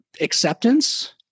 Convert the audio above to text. acceptance